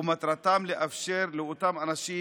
שמטרתם לאפשר לאותם אנשים